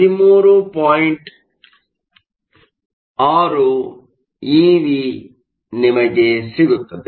6 EV ನಿಮಗೆ ಸಿಗುತ್ತದೆ